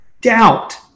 doubt